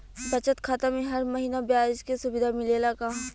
बचत खाता में हर महिना ब्याज के सुविधा मिलेला का?